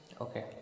Okay